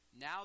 Now